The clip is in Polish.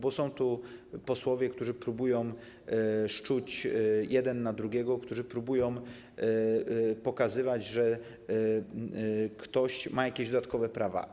Bo są tu posłowie, którzy próbują szczuć jeden na drugiego, którzy próbują pokazywać, że ktoś ma jakieś dodatkowe prawa.